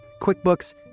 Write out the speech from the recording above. QuickBooks